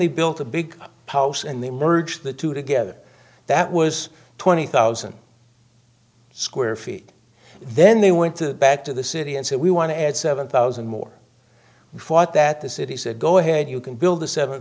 they built a big house and they merged the two together that was twenty thousand square feet then they went to back to the city and said we want to add seven thousand more fought that the city said go ahead you can build the seven